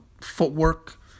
footwork